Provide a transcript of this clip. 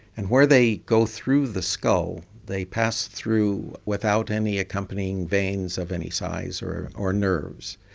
and where they go through the skull they pass through without any accompanying veins of any size or or nerves.